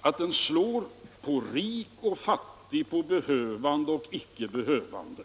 att den verkar på rik och fattig, på behövande och icke behövande.